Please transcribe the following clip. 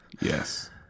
yes